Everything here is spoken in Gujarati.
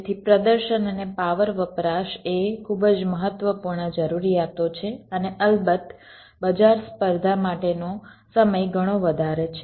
તેથી પ્રદર્શન અને પાવર વપરાશ બે ખૂબ જ મહત્વપૂર્ણ જરૂરિયાતો છે અને અલબત્ત બજાર સ્પર્ધા માટેનો સમય ઘણો વધારે છે